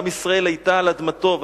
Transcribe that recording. כשעם ישראל היה על אדמתו,